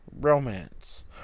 Romance